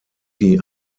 die